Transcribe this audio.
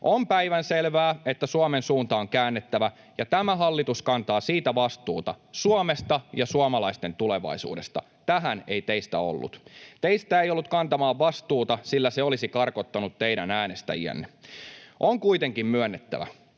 On päivänselvää, että Suomen suunta on käännettävä, ja tämä hallitus kantaa vastuuta Suomesta ja suomalaisten tulevaisuudesta — tähän ei teistä ollut. Teistä ei ollut kantamaan vastuuta, sillä se olisi karkottanut teidän äänestäjiänne. On kuitenkin myönnettävä,